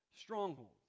Strongholds